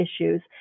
issues